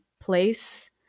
place